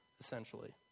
essentially